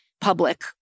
public